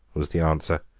was the answer.